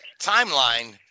timeline